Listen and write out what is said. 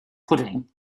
pudding